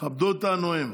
כבדו את הנואם.